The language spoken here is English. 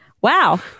Wow